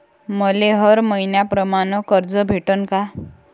मले हर मईन्याप्रमाणं कर्ज भेटन का?